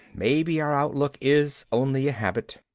maybe our outlook is only a habit.